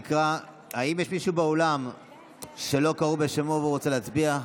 האם יש מישהו באולם שלא קראו בשמו והוא רוצה להצביע?